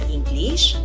English